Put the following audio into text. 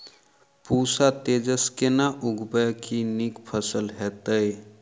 पूसा तेजस केना उगैबे की नीक फसल हेतइ?